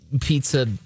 pizza